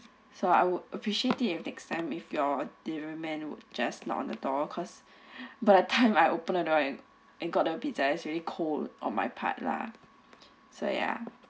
so I would appreciate it if next time if your delivery man would just knock on the door cause by the time I open the door and got the pizza is really cold on my part lah so ya